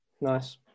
nice